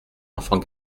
enfant